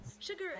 sugar